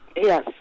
Yes